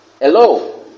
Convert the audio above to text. Hello